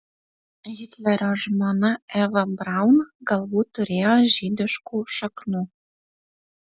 hitlerio žmona eva braun galbūt turėjo žydiškų šaknų